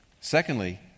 Secondly